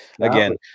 again